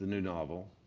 new novel,